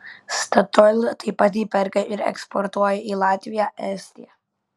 statoil taip pat jį perka ir eksportuoja į latviją estiją